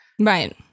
Right